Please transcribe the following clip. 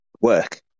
work